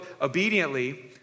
obediently